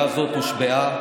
הושבעה,